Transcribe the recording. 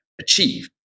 achieve